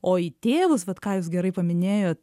o į tėvus vat ką jūs gerai paminėjot